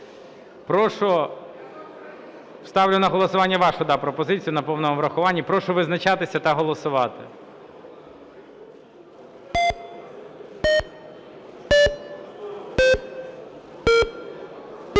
Прошу визначатися та голосувати.